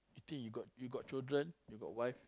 think you got you got children you got wife